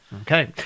Okay